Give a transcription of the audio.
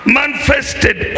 manifested